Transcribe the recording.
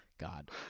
God